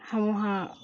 ہم وہاں